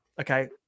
Okay